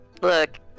Look